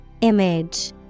Image